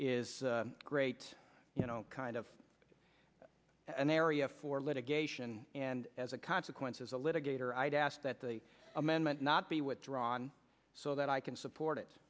is great you know kind of an area for litigation and as a consequence as a litigator i'd ask that the amendment not be withdrawn so that i can support it